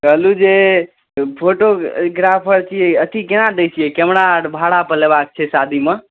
कहलहुँ जे ओ फोटोग्राफर छियै अथि केना दै छियै कैमरा अर भाड़ापर लेबाक छै शादीमे